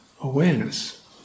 awareness